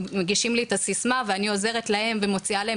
מגישים לי את הסיסמה ואני עוזרת להם ומוציאה להם